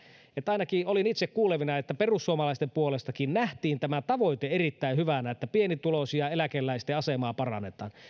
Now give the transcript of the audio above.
että ainakin olin itse kuulevinani että perussuomalaistenkin puolesta nähtiin tämä tavoite erittäin hyvänä että pienituloisten eläkeläisten asemaa parannetaan